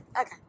Okay